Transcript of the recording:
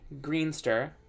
Greenster